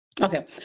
okay